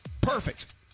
perfect